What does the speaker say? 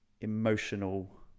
emotional